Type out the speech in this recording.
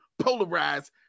polarized